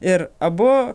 ir abu